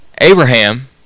Abraham